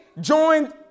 joined